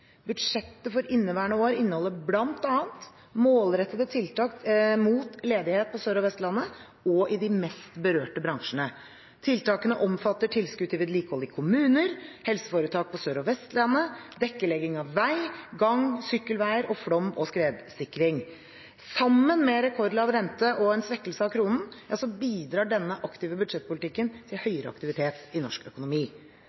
Budsjettet for inneværende år inneholder bl.a. målrettede tiltak mot ledighet på Sør- og Vestlandet og i de mest berørte bransjene. Tiltakene omfatter tilskudd til vedlikehold i kommuner, helseforetak på Sør- og Vestlandet, dekkelegging av veier og gang- og sykkelveier og flom- og skredsikring. Sammen med rekordlav rente og en svekkelse av kronen bidrar denne aktive budsjettpolitikken til